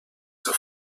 zur